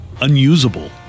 unusable